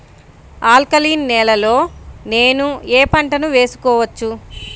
Alkaline నేలలో నేనూ ఏ పంటను వేసుకోవచ్చు?